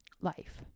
life